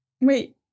Wait